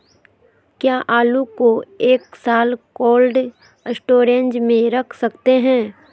क्या आलू को एक साल कोल्ड स्टोरेज में रख सकते हैं?